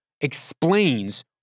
explains